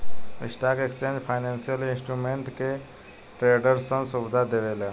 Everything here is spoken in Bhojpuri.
स्टॉक एक्सचेंज फाइनेंसियल इंस्ट्रूमेंट के ट्रेडरसन सुविधा देवेला